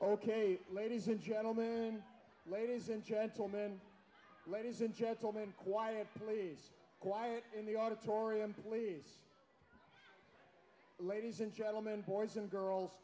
ok ladies and gentlemen ladies and gentlemen ladies and gentlemen quiet please quiet in the auditorium please ladies and gentlemen boys and girls